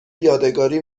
یادگاری